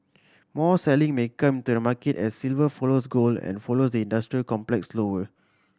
more selling may come to the market as silver follows gold and follows the industrial complex lower